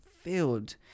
Filled